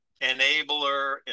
enabler